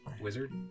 wizard